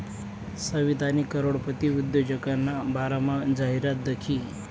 सवितानी करोडपती उद्योजकना बारामा जाहिरात दखी